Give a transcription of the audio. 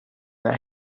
that